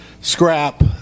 scrap